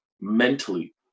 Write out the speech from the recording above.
mentally